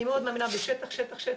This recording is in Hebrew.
אני מאוד מאמינה בשטח שטח שטח,